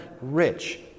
rich